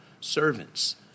servants